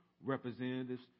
representatives